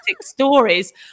stories